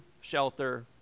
shelter